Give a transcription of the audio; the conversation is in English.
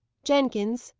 jenkins,